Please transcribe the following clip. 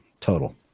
total